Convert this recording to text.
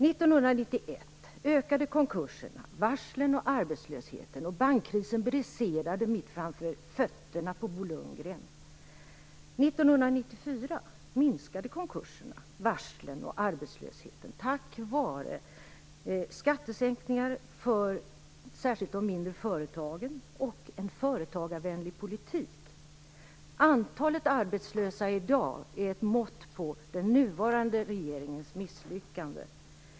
1991 ökade konkurserna, varslen och arbetslösheten, och bankkrisen briserade mitt framför fötterna på Bo Lundgren. 1994 minskade konkurserna, varslen och arbetslösheten tack vare skattesänkningar för särskilt de mindre företagen och en företagarvänlig politik. Antalet arbetslösa i dag är ett mått på den nuvarande regeringens misslyckande.